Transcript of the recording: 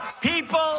People